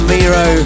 Miro